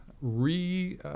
re